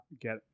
get